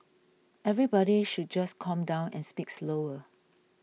everybody should just calm down and speak slower